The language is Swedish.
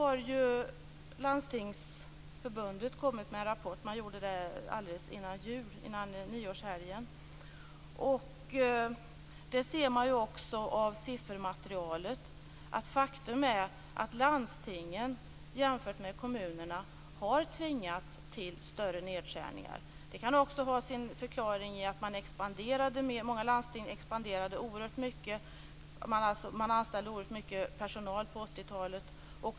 Landstingsförbundet kom med en rapport alldeles före nyårshelgen, och där ser man i siffermaterialet att landstingen jämfört med kommunerna har tvingats till större nedskärningar. Det kan också ha sin förklaring i att många landsting expanderade oerhört mycket och anställde oerhört mycket personal på 80-talet.